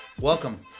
welcome